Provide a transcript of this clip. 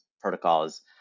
protocols